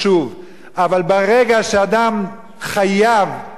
אבל ברגע שאדם חייב להתגייס,